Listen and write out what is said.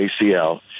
ACL